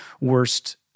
worst